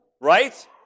right